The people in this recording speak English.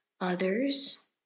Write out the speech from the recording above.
others